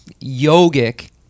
yogic